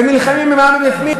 הם נלחמים עם העם מבפנים.